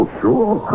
sure